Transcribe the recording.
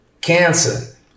Cancer